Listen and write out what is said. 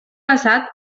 basat